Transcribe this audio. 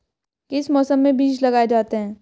किस मौसम में बीज लगाए जाते हैं?